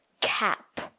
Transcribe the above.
Cap